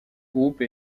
groupe